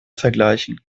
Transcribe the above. vergleichen